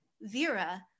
Vera